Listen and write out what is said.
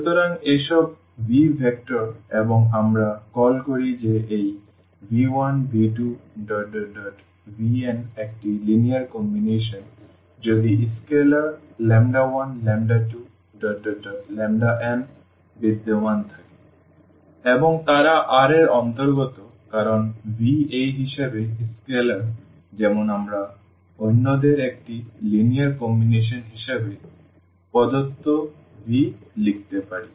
সুতরাং এসব V vector এবং আমরা কল করি যে এই v1v2vn একটি লিনিয়ার কম্বিনেশন যদি স্কেলার 12n বিদ্যমান থাকে এবং তারা R এর অন্তর্গত কারণ V এই হিসাবে স্কেলার যেমন আমরা অন্যদের একটি লিনিয়ার কম্বিনেশন হিসাবে প্রদত্ত v লিখতে পারি